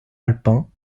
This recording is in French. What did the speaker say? alpins